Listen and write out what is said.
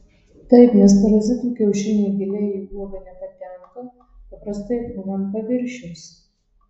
taip nes parazitų kiaušiniai giliai į uogą nepatenka paprastai būna ant paviršiaus